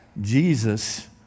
Jesus